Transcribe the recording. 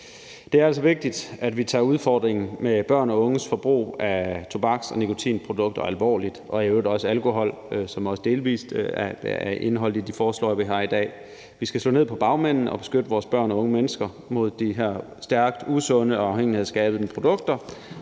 Det er altså vigtigt, at vi tager udfordringen med børn og unges forbrug af tobaks- og nikotinprodukter alvorligt, og det gælder i øvrigt også alkohol, som også delvis er indeholdt i det forslag, vi behandler i dag. Vi skal slå ned på bagmændene og beskytte vores børn og unge mennesker mod de her stærkt usunde og afhængighedsskabende produkter,